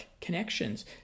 connections